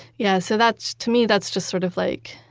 yeah. so that's, to me, that's just sort of like,